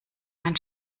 mein